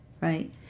right